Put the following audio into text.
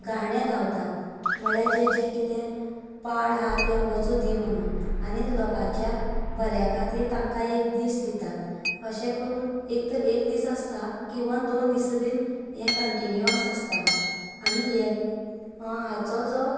गाणे गायतात म्हणल्यार जे जे कितें पाड आहा तें वचूंदी म्हणून आनी लोकांच्या बऱ्या खातीर तांकां एक दीस दितात अशें करून एक तर एक दीस आसता किंवां दोन दीस बीन हे कंटीनूयस आसता आनी हें हाचो जो